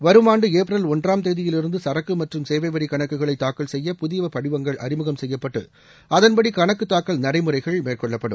வரும் ஆண்டு ஏப்ரல் ஒன்றாம் தேதியிலிருந்து சரக்கு மற்றும் சேவை வரி கணக்குகளை தாக்கல் செய்ய புதிய படிவங்கள் அறிமுகம் செய்யப்பட்டு அதன்படி கணக்கு தாக்கல் நடைமுறைகள் மேற்கொள்ளப்படும்